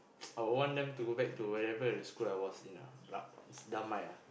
I would want them to go back to whatever the school I was in ah ra~ it's Damai ah